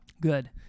Good